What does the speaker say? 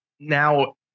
Now